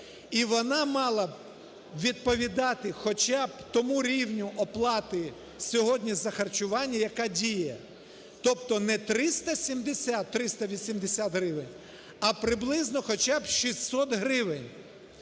і вона мала б відповідати хоча б тому рівню оплати сьогодні за харчування, яка діє, тобто не 370-380 гривень, а приблизно хоча б 600 гривень.